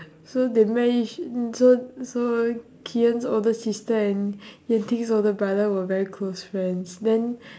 so they met each so so ki-en's older sister and yan-ting's older brother were very close friends then